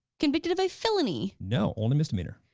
convicted of a felony? no only misdemeanor.